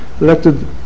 elected